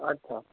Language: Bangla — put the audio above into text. আচ্ছা